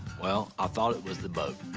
well, i thought it was the boat.